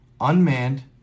unmanned